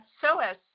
SOAS